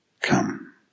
Come